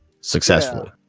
successfully